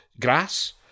grass